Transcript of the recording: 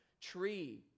tree